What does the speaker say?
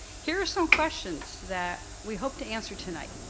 here are some questions that we hope to answer tonight.